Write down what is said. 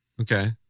Okay